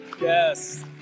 Yes